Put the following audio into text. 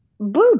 boop